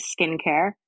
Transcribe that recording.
skincare